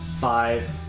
five